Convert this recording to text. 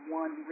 one